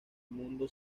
mundo